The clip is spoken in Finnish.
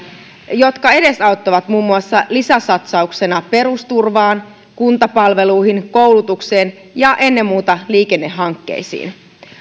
jotka edesauttavat muun muassa lisäsatsauksia perusturvaan kuntapalveluihin koulutukseen ja ennen muuta liikennehankkeisiin